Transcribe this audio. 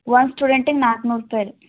ಒಂದು ಸ್ಟೂಡೆಂಟಿಗೆ ನಾಲ್ಕು ನೂರು ರುಪಾಯ್ ರೀ